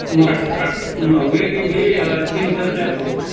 महुआ महुए की भी तीन सौ रुपया फुट